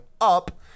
up